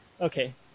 Okay